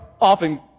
often